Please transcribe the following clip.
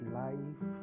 life